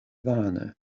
vane